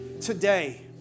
today